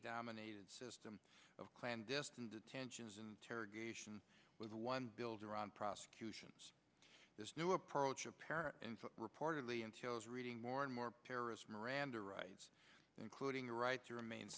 dominated system of clandestine detentions interrogation with the one built around prosecutions this new approach apparently reportedly entails reading more and more terrorist miranda rights including the right to remain